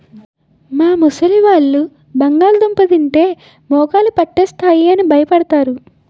మా ముసలివాళ్ళు బంగాళదుంప తింటే మోకాళ్ళు పట్టేస్తాయి అని భయపడతారు